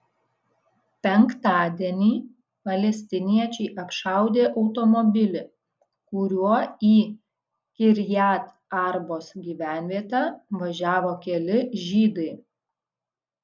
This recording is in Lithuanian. penktadienį palestiniečiai apšaudė automobilį kuriuo į kirjat arbos gyvenvietę važiavo keli žydai